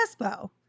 espo